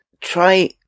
Try